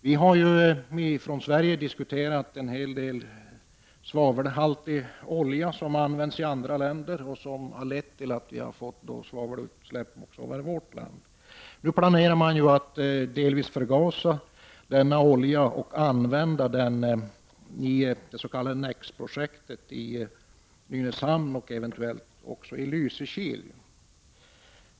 Vi har från Sverige exporterat en hel del svavelhaltig olja, som använts i andra länder och som har lett till svavelutsläpp över vårt land. Nu planerar man i stället att delvis förgasa denna olja och använda den i det s.k. NEX projektet i Nynäshamn och eventuellt också i Lysekil.